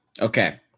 Okay